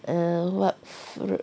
err what fruit